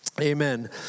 Amen